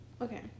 Okay